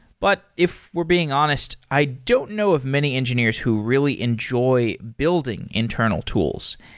but if we're being honest, i don't know of many engineers who really enjoy building internal tools.